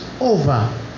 over